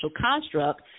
construct